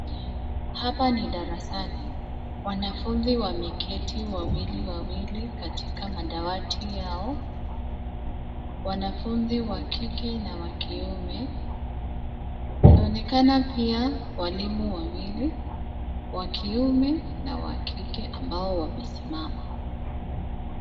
Hapa ni darasani. Wanafunzi wameketi wawiliwawili katika madawati yao. Wanafunzi wa kike na wa kiume. Wanaonekana pia walimu wawili, wa kiume na wa kike ambao wamesimama.